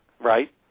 Right